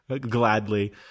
Gladly